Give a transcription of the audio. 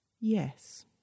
Yes